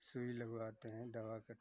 सुई लगवाते हैं दवा करते हैं